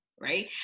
right